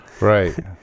Right